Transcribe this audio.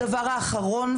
הדבר האחרון,